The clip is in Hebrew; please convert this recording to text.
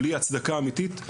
בלי הצדקה אמיתית,